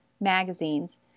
magazines